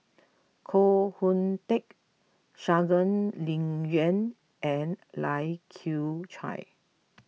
Koh Hoon Teck Shangguan Liuyun and Lai Kew Chai